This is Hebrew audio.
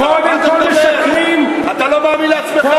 קודם כול משקרים, אתה לא מאמין לעצמך.